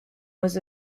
was